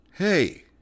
hey